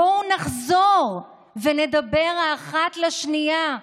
בואו נחזור ונדבר האחת לשנייה בנועם,